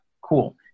cool